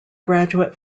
graduate